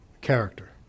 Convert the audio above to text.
Character